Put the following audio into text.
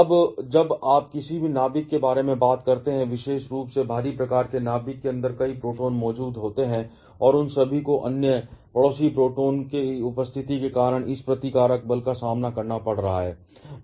अब जब आप किसी भी नाभिक के बारे में बात करते हैं विशेष रूप से भारी प्रकार के नाभिक के अंदर कई प्रोटॉन मौजूद होते हैं और उन सभी को अन्य पड़ोसी प्रोटॉन की उपस्थिति के कारण इस प्रतिकारक बल का सामना करना पड़ रहा है